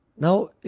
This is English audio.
Now